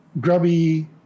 Grubby